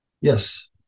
Yes